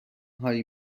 هایی